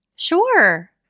Sure